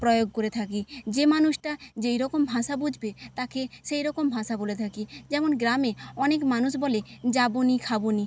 প্রয়োগ করে থাকি যে মানুষটা যেই রকম ভাষা বুঝবে তাকে সেই রকম ভাষা বলে থাকি যেমন গ্রামে অনেক মানুষ বলে যাব নি খাব নি